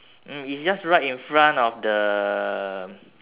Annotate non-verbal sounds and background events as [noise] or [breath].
[breath] mm it's just right in front of the